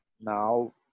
now